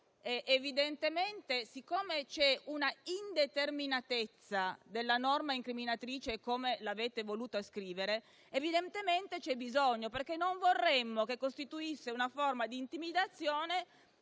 legge; ma, siccome c'è un'indeterminatezza della norma incriminatrice, per come l'avete voluta scrivere, evidentemente c'è bisogno di tale specifica, perché non vorremmo che costituisse una forma di intimidazione